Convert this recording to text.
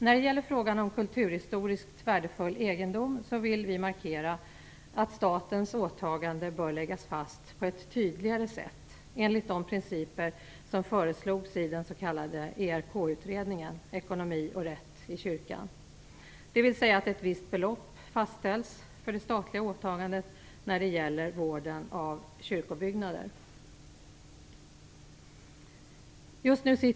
När det gäller frågan om kulturhistoriskt värdefull egendom vill vi markera att statens åtagande bör läggas fast på ett tydligare sätt, enligt de principer som föreslogs i den s.k. ERK-utredningen, Ekonomi och rätt i kyrkan. De innebär att ett visst belopp fastställs för det statliga åtagandet när det gäller vården av kyrkobyggnader.